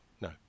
no